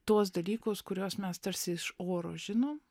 tuos dalykus kuriuos mes tarsi iš oro žinom